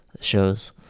shows